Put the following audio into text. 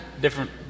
different